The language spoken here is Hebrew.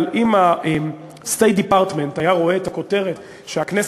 אבל אם ה-State Department היה רואה את הכותרת שהכנסת